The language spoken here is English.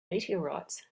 meteorites